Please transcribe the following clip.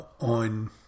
on